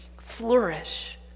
flourish